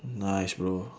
nice bro